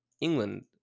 England